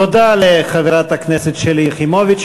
תודה לחברת הכנסת שלי יחימוביץ,